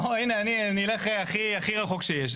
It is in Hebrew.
אני אלך הכי רחוק שיש.